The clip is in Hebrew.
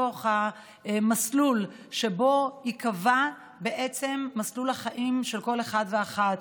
למסלול שבו ייקבע מסלול החיים של כל אחד ואחת.